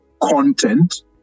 content